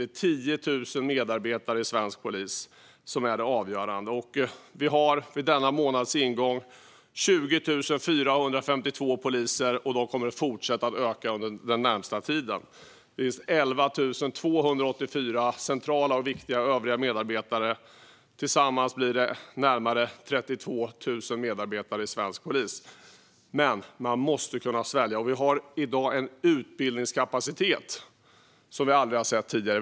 Det är 10 000 medarbetare i svensk polis som är det avgörande. Vi har vid denna månads ingång 20 452 poliser, och antalet kommer att fortsätta att öka den närmaste tiden. Det finns även 11 284 centrala och viktiga övriga medarbetare. Tillsammans blir det närmare 32 000 medarbetare i svensk polis. Men man måste också kunna svälja. Vi har i dag en utbildningskapacitet som vi aldrig har sett tidigare.